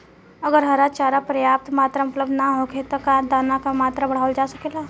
अगर हरा चारा पर्याप्त मात्रा में उपलब्ध ना होखे त का दाना क मात्रा बढ़ावल जा सकेला?